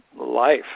life